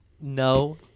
No